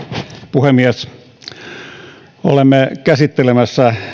puhemies olemme käsittelemässä